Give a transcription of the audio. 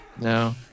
No